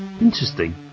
Interesting